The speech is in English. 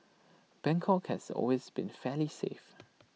Bangkok has always been fairly safe